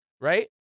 Right